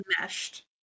meshed